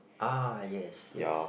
ah yes yes